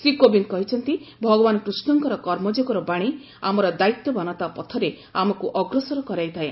ଶ୍ରୀ କୋବିନ୍ଦ କହିଚ୍ଚନ୍ତି ଭଗବାନ କୃଷ୍ଣଙ୍କର କର୍ମଯୋଗର ବାଣୀ ଆମର ଦାୟିତ୍ୱବାନତା ପଥରେ ଆମକୁ ଅଗ୍ରସର କରାଇଥାଏ